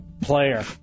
player